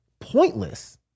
pointless